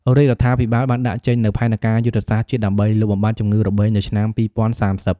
រាជរដ្ឋាភិបាលបានដាក់ចេញនូវផែនការយុទ្ធសាស្ត្រជាតិ ដើម្បីលុបបំបាត់ជំងឺរបេងនៅឆ្នាំ ២០៣០។